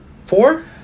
Four